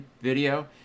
video